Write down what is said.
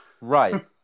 Right